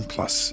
Plus